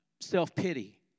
self-pity